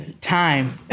time